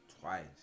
twice